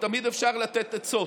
ותמיד אפשר לתת עצות.